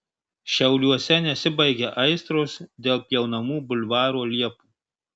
šiauliuose nesibaigia aistros dėl pjaunamų bulvaro liepų